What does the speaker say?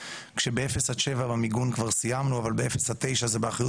כשב-0-7 במיגון כבר סיימנו אבל ב-0-9 זה באחריות